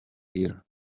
here